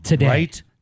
right